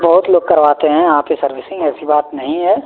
बहुत लोग करवाते हैं यहाँ पे सर्विसिंग ऐसी बात नहीं है